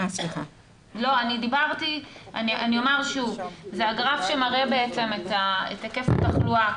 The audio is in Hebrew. זה הגרף שמראה את היקף התחלואה,